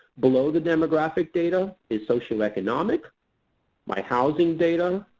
below the demographic data is socioeconomic my housing data.